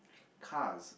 cause